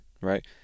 right